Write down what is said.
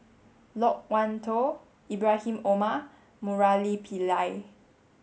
Loke Wan Tho Ibrahim Omar and Murali Pillai